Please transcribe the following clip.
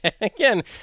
Again